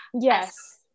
Yes